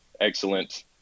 excellent